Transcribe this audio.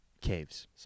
caves